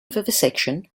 vivisection